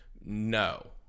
no